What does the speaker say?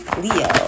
Leo